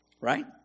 right